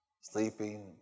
sleeping